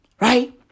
Right